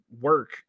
work